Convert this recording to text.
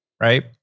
Right